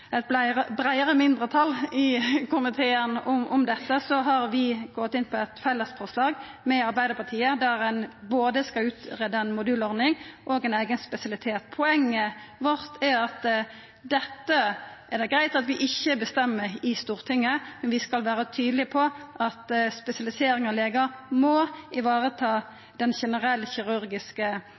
eit breiare mindretal i komiteen om dette har vi gått inn på eit fellesforslag med Arbeidarpartiet, der ein både skal greia ut ei modulordning og ein eigen spesialitet. Poenget vårt er at dette er det greitt at vi ikkje bestemmer i Stortinget, men vi skal vera tydelege på at spesialisering av legar må vareta den generelle kirurgiske